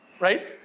right